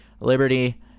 Liberty